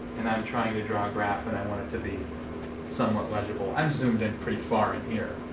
and i'm trying to draw graph and i want it to be somewhat legible, i'm zoomed in pretty far in here.